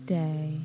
day